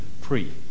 free